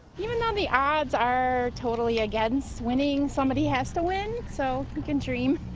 even though the odds are totally against winning, somebody has to win. so you can dream.